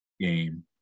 game